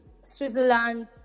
Switzerland